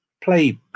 play